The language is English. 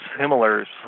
similar